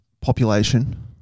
population